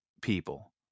people